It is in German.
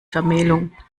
vermählung